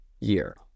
year